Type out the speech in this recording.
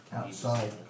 outside